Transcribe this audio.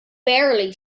barely